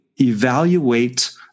evaluate